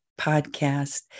podcast